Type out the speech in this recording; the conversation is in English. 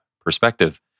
perspective